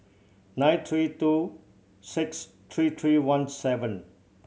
nine three two six three three one seven